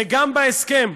וגם בהסכם,